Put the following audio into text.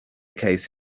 case